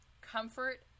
comfort